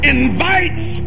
invites